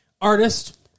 Artist